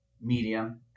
medium